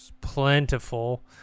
plentiful